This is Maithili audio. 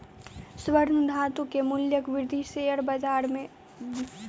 स्वर्ण धातु के मूल्यक वृद्धि शेयर बाजार मे भेल